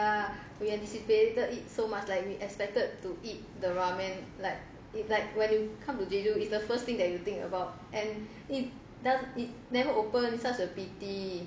ya we anticipated it so much like we expected to eat the ramen like if when you come to jeju is the first thing that you think about and it doesn't it never open such a pity